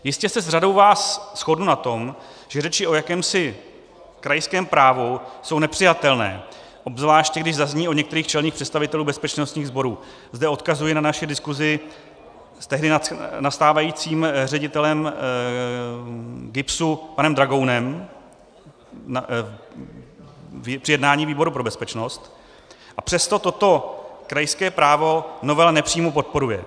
Jistě se s řadou vás shodnu na tom, že řeči o jakémsi krajském právu jsou nepřijatelné, obzvláště když zazní od některých čelných představitelů bezpečnostních sborů zde odkazuji na naši diskusi s tehdy nastávajícím ředitelem GIBSu panem Dragounem při jednání výboru pro bezpečnost , a přesto toto krajské právo novela nepřímo podporuje.